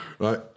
Right